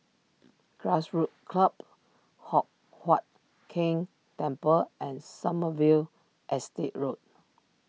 Grassroots Club Hock Huat Keng Temple and Sommerville Estate Road